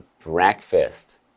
breakfast